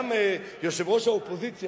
גם יושבת-ראש האופוזיציה,